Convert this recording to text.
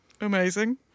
amazing